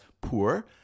poor